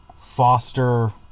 foster